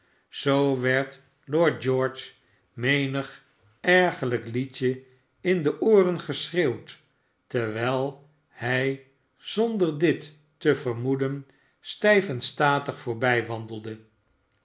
zoo werd lord george menig ergerlijk liedje in de ooren geschreeuwd terwijl hij zonder dit te vermoeden stijf en statig